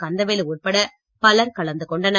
கந்தவேலு உட்பட பலர் கலந்து கொண்டனர்